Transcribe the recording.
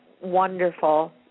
wonderful